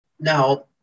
Now